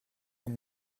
dans